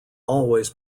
always